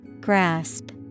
Grasp